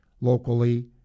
locally